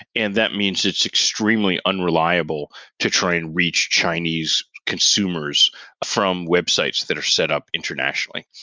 and that means it's extremely unreliable to try and reach chinese consumers from websites that are set up internationally.